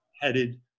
headed